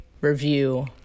review